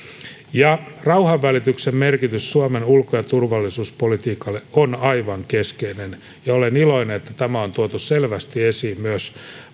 rauhanvälityksen merkitys suomen ulko ja turvallisuuspolitiikalle on aivan keskeinen ja olen iloinen että tämä on tuotu selvästi esiin myös